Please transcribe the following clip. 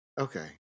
Okay